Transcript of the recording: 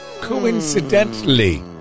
Coincidentally